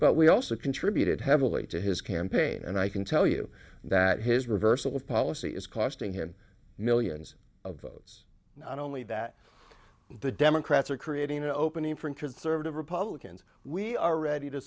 but we also contributed heavily to his campaign and i can tell you that his reversal of policy is costing him millions of votes not only that the democrats are creating an opening for him to serve to republicans we are ready to